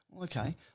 okay